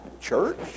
church